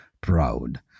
proud